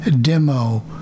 demo